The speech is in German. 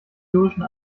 lyrischen